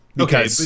Okay